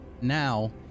now